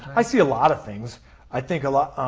i see a lot of things i think a lot.